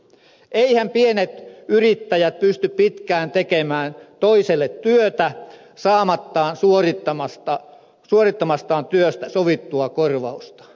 eiväthän pienet yrittäjät pysty pitkään tekemään toiselle työtä saamatta suorittamastaan työstä sovittua korvausta